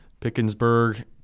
Pickensburg